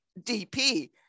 dp